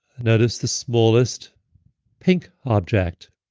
notice the smallest pink object